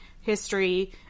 history